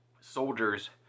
soldiers